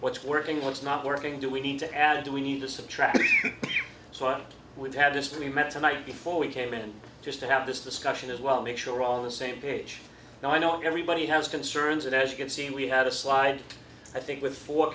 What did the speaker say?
what's working what's not working do we need to add do we need to subtract one would have just met tonight before we came in just to have this discussion as well make sure all the same page and i know everybody has concerns and as you can see we had a slide i think with four